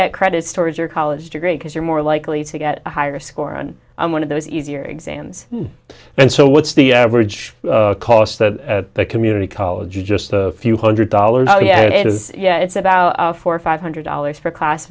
storage or college degree because you're more likely to get a higher score on one of those easier exams and so what's the average cost that the community college is just a few hundred dollars oh yeah it is yeah it's about four or five hundred dollars for class